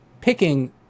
picking